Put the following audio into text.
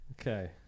Okay